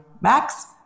Max